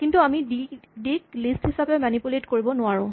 কিন্তু আমি ডি ক লিষ্ট হিচাপে মেনিপুলেট কৰিব নোৱাৰোঁ